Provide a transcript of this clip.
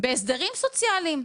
בהסדרים סוציאליים,